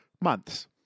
months